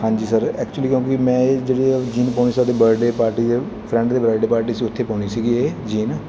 ਹਾਂਜੀ sir actually ਕਿਉਂਕਿ ਮੈਂ ਇਹ ਜਿਹੜੀ ਜੀਨ ਪਾਉਣੀ ਸੀ ਬਰਥਡੇ ਪਾਰਟੀ ਦੇ ਫਰੈਂਡ ਦੀ ਬਰਥਡੇ ਪਾਰਟੀ ਸੀ ਉੱਥੇ ਪਾਉਣੀ ਸੀਗੀ ਇਹ ਜੀਨ